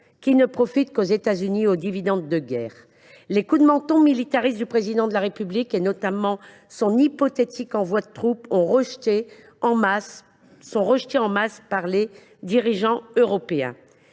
qui ne profite qu’aux États Unis et aux dividendes de guerre. Les coups de menton militaristes du Président de la République, notamment son hypothétique envoi de troupes, sont rejetés en masse par les dirigeants européens.